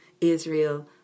Israel